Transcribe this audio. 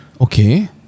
Okay